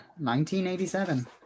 1987